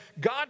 God